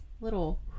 Little